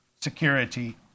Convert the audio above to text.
security